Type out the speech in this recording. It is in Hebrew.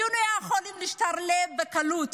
היינו יכולים להשתלב בקלות,